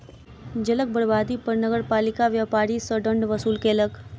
जलक बर्बादी पर नगरपालिका व्यापारी सॅ दंड वसूल केलक